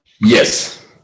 Yes